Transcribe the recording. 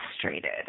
frustrated